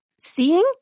seeing